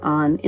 on